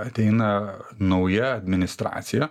ateina nauja administracija